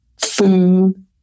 food